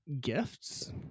gifts